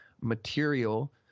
material